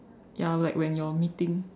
ya like when your meeting